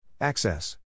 Access